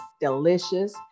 delicious